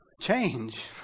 change